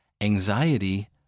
Anxiety